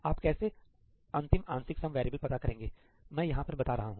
आप कैसे अंतिम आंशिक सम वैरियेबल्स पता करेंगे मैं यहां पर बता रहा हूं